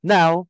Now